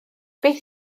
beth